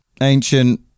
ancient